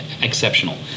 exceptional